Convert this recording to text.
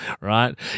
right